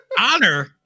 honor